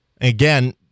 again